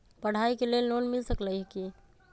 पढाई के लेल लोन मिल सकलई ह की?